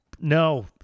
No